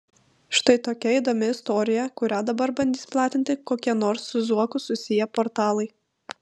štai tokia įdomi istorija kurią dabar bandys platinti kokie nors su zuoku susiję portalai